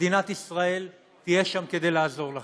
מדינת ישראל תהיה שם כדי לעזור לכם.